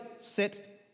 sit